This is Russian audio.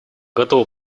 готовы